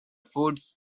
foods